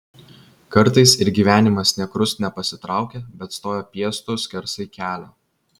kartais ir gyvenimas nė krust nepasitraukia bet stoja piestu skersai kelio